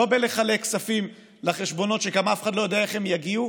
לא בלחלק כספים לחשבונות שגם אף אחד לא יודע איך הם יגיעו,